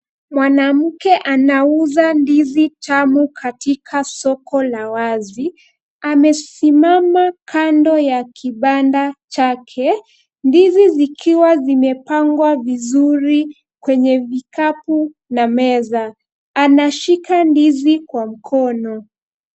Mwanamke anauza ndizi tamu katika soko la wazi. Amesimama kando ya kibanda chake ndizi zikiwa zimepangwa vizuri kwenye vikapu na meza. Anashika ndizi kwa mkono.